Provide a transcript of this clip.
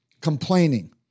Complaining